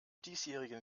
diesjährigen